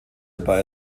dabei